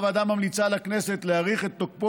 הוועדה ממליצה לכנסת להאריך את תוקפו